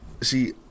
See